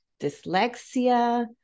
dyslexia